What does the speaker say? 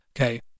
okay